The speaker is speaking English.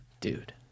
Dude